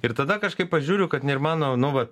ir tada kažkaip aš žiūriu kad ir mano nu va